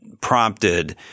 prompted